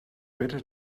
better